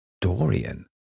Dorian